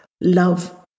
love